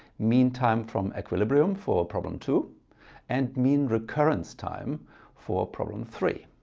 mean time from equilibrium for problem two and mean recurrence time for problem three.